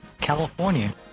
California